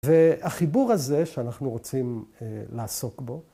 ‫והחיבור הזה שאנחנו רוצים ‫לעסוק בו...